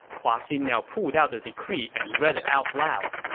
hua xin now pulled out the decree and read it out loud.